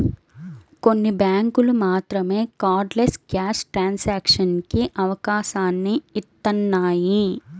కొన్ని బ్యేంకులు మాత్రమే కార్డ్లెస్ క్యాష్ ట్రాన్సాక్షన్స్ కి అవకాశాన్ని ఇత్తన్నాయి